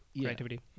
creativity